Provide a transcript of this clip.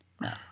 No